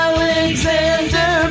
Alexander